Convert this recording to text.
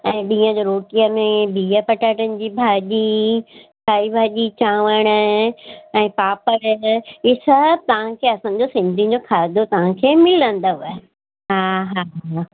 ऐं ॾींहं जो रोटीअ में बीह पटाटनि जी भाॼी साई भाॼी चांवर ऐं पापड़ इहे सभु तव्हांखे असांजो सिंधियुनि जो खाधो तव्हांखे मिलंदव हा हा हा